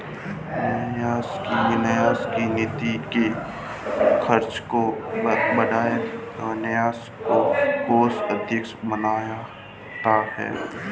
न्यास की न्यास निधि के खर्च का ब्यौरा न्यास का कोषाध्यक्ष बनाता है